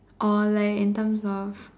or like in terms of